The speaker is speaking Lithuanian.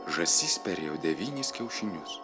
žąsis perėjo devynis kiaušinius